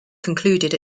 concluded